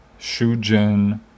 Shujin